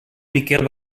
miquel